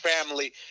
family